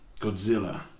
Godzilla